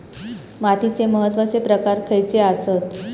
मातीचे महत्वाचे प्रकार खयचे आसत?